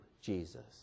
Jesus